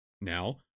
Now